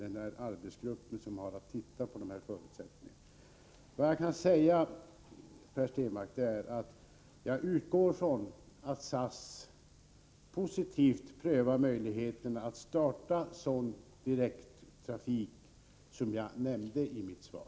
Jag utgår från, Per — delser och utbild Stenmarck, att SAS positivt prövar möjligheterna att starta sådan direkttra SR ningssamarbete fik som jag nämnde i mitt svar.